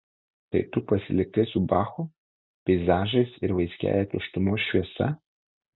tai tu pasilikai su bachu peizažais ir vaiskiąja tuštumos šviesa